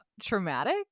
traumatic